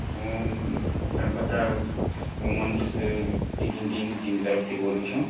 હું Narmada women's weeding team team તરફથી બોલું છું